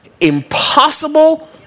impossible